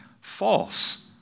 false